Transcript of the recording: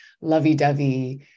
lovey-dovey